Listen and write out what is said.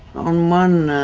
on one